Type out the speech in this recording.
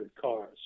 cars